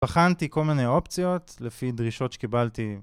בחנתי כל מיני אופציות לפי דרישות שקיבלתי